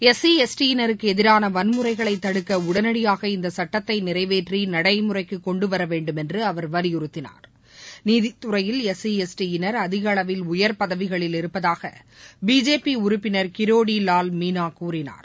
SC எஸ்டியினருக்கு எதிரான வன்முறைகளை தடுக்க உடனடியாக இந்த சுட்டத்தை நிறைவேற்றி நடைமுறைக்கு கொண்டுவரவேண்டும் என்று அவர் வலியுறுத்தினார் நீதித்துறையில் எஸ்சி எஸ்டியினர் அதிகளவில் உயர் பதவிகளில் இருப்பதாக பிஜேபி உறுப்பினர் கிரோடி வால் மீனா கூறினார்